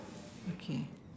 okay